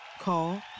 Call